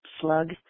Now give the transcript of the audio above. slug